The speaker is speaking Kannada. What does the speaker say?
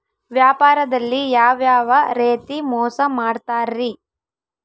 ವ್ಯಾಪಾರದಲ್ಲಿ ಯಾವ್ಯಾವ ರೇತಿ ಮೋಸ ಮಾಡ್ತಾರ್ರಿ?